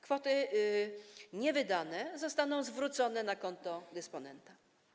Kwoty niewydane zostaną zwrócone na konto dysponenta.